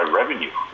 revenue